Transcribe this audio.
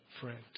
friend